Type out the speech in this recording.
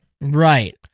right